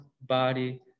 body